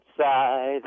outside